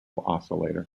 oscillator